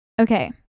Okay